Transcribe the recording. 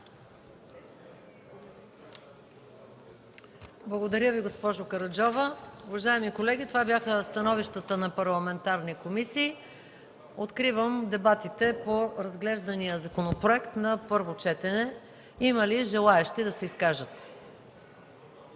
Благодаря Ви, госпожо Караджова. Уважаеми колеги, това бяха становищата на парламентарните комисии. Откривам дебатите по разглеждания законопроект на първо четене. Има ли желаещи да се изкажат?